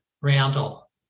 Randall